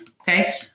Okay